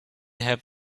have